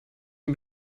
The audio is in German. den